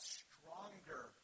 stronger